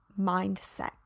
mindset